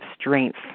strength